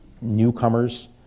newcomers